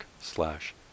slash